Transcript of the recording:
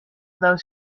those